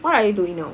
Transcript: what are you doing now